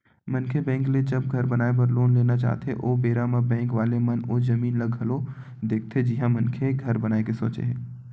मनखे बेंक ले जब घर बनाए बर लोन लेना चाहथे ओ बेरा म बेंक वाले मन ओ जमीन ल घलो देखथे जिहाँ मनखे घर बनाए के सोचे हे